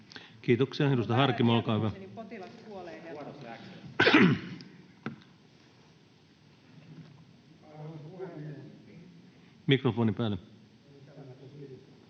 Kiitoksia. — Edustaja Harkimo, olkaa hyvä. — Mikrofoni päälle.